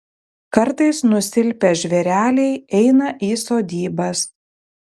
kartais nusilpę žvėreliai eina į sodybas